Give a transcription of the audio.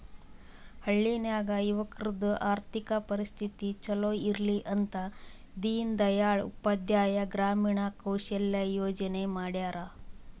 ಹಳ್ಳಿ ನಾಗ್ ಯುವಕರದು ಆರ್ಥಿಕ ಪರಿಸ್ಥಿತಿ ಛಲೋ ಇರ್ಲಿ ಅಂತ ದೀನ್ ದಯಾಳ್ ಉಪಾಧ್ಯಾಯ ಗ್ರಾಮೀಣ ಕೌಶಲ್ಯ ಯೋಜನಾ ಮಾಡ್ಯಾರ್